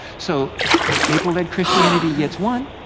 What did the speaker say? so papal led christianity gets one,